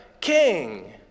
King